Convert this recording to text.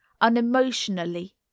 unemotionally